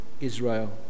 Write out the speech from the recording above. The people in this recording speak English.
Israel